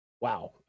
Wow